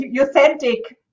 authentic